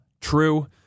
true